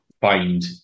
find